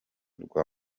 rwa